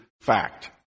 fact